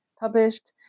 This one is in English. published